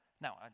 Now